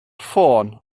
ffôn